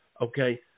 Okay